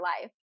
life